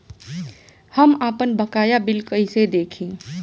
हम आपनबकाया बिल कइसे देखि?